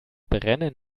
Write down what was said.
brennen